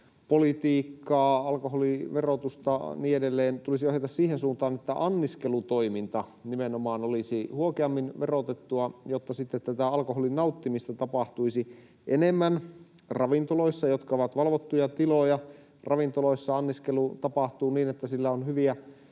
alkoholipolitiikkaa, alkoholin verotusta ja niin edelleen, tulisi ohjata siihen suuntaan, että anniskelutoiminta nimenomaan olisi huokeammin verotettua, jotta sitten tätä alkoholin nauttimista tapahtuisi enemmän ravintoloissa, jotka ovat valvottuja tiloja. Ravintoloissa anniskelu tapahtuu niin, että sillä on hyviä